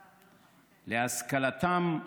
להשכלתם,